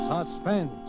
Suspense